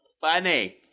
funny